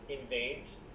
invades